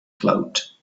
float